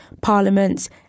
parliaments